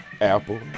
Apple